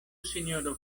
sinjoro